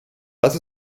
lass